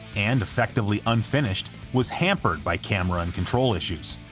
and effectively unfinished, was hampered by camera and control issues.